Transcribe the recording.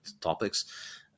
topics